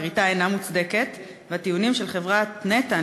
הכריתה אינה מוצדקת והטיעונים של חברת נת"ע,